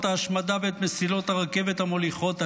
ההשמדה ואת מסילות הרכבת המוליכות אליהם.